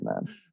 man